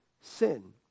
sin